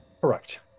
Correct